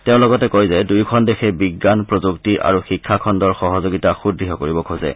তেওঁ লগতে কয় যে দুয়োখন দেশে বিজ্ঞান প্ৰযুক্তি আৰু শিক্ষা খণ্ডৰ সহযোগিতা অধিক সুদ্য় কৰিব খোজে